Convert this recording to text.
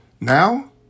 now